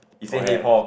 got hair